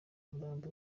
murambi